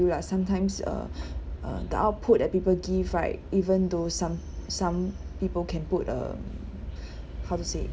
you lah sometimes uh uh the output that people give right even though some some people can put a how to say